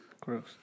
Gross